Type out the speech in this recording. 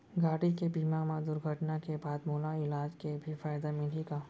गाड़ी के बीमा मा दुर्घटना के बाद मोला इलाज के भी फायदा मिलही का?